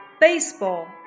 Baseball